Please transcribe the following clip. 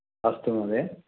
अस्तु महोदय